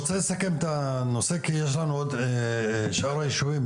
אני רוצה לסכם את הנושא כי יש לנו עוד את שאר הישובים,